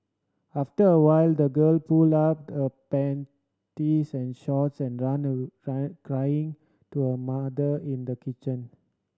after a while the girl pulled up her panties and shorts and ran ran crying to her mother in the kitchen